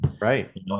Right